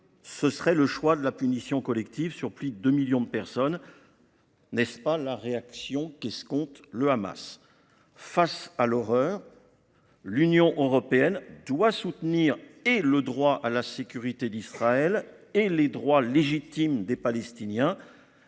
serait celui de la punition collective, infligée à plus de deux millions de personnes. N’est-ce pas précisément la réaction qu’escompte le Hamas ? Face à l’horreur, l’Union européenne doit soutenir et le droit à la sécurité d’Israël et les droits légitimes des Palestiniens.